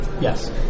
Yes